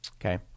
Okay